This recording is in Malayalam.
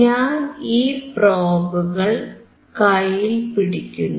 ഞാൻ ഈ പ്രോബുകൾ കൈയിൽ പിടിക്കുന്നു